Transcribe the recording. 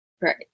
Right